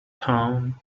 town